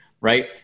Right